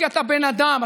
כי אתה בן אדם,